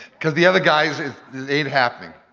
cause the other guys, it ain't happening.